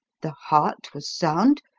the heart was sound,